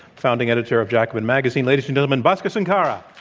founding editor of, jacobin magazine. ladies and gentlemen, bhaskar sunkara.